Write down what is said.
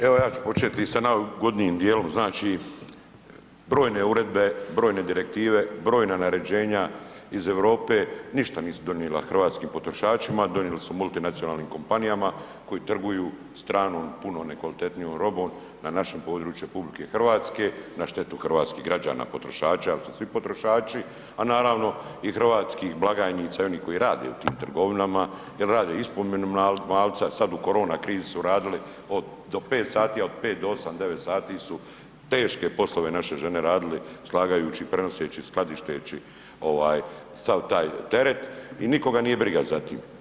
Evo, ja ću početi sa najugodnijim dijelom znači brojne uredbe, brojne direktive, brojna naređena iz Europe ništa nisu donijela hrvatskim potrošačima, donijeli su multinacionalnim kompanijama koji trguju stranom, puno nekvalitetnijom robom na našem području RH, na štetu hrvatskih građana potrošača jel su svi potrošači, a naravno i hrvatskih blagajnica i onih koji rade u tim trgovina jer rade ispod minimalca, sad u korona krizi su radili do 5 sati, a od 5 do 8, 9 sati su teške poslove naše žene radile, slagajući, prenoseći, skladišteći ovaj sva taj teret i nikoga nije briga za tim.